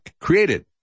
created